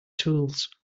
tools